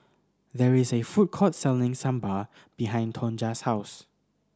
there is a food court selling Sambar behind Tonja's house